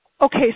okay